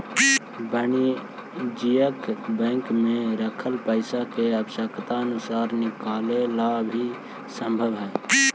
वाणिज्यिक बैंक में रखल पइसा के आवश्यकता अनुसार निकाले ला भी संभव हइ